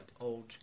old